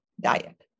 diet